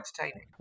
entertaining